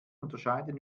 unterscheiden